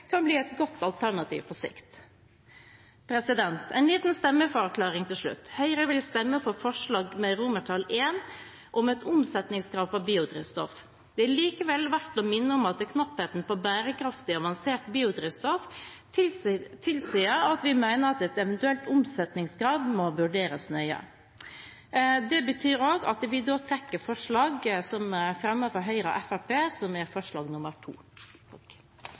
kan bli et godt alternativ på sikt. En liten stemmeforklaring til slutt: Høyre vil stemme for forslag til vedtak I, om et omsetningskrav for biodrivstoff. Det er likevel verdt å minne om at knappheten på bærekraftig avansert biodrivstoff tilsier at vi mener at et eventuelt omsetningskrav må vurderes nøye. Det betyr også at vi trekker forslag nr. 2, fra Høyre og